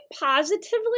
positively